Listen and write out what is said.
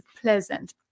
pleasant